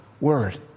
word